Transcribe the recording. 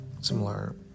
similar